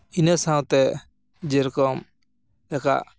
ᱤᱱᱟᱹ ᱥᱟᱶᱛᱮ ᱡᱮᱨᱚᱠᱚᱢ ᱞᱮᱠᱟ